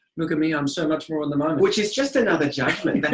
look at me i'm so much more in the moment. which is just another judgment. but